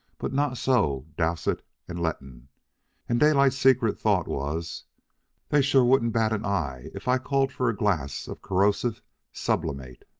but not so dowsett and letton and daylight's secret thought was they sure wouldn't bat an eye if i called for a glass of corrosive sublimate.